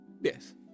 Yes